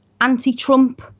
anti-Trump